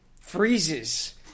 freezes